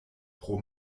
pro